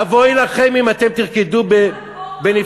אבוי לכם אם אתם תרקדו בנפרד.